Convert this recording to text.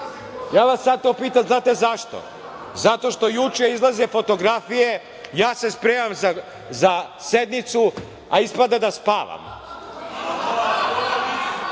Sad vas to pitam, znate zašto? Zato što juče izlaze fotografije, ja se spremam za sednicu, a ispada da spavam.